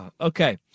Okay